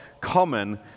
common